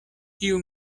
tiu